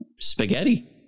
Spaghetti